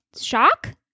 Shock